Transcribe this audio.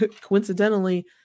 coincidentally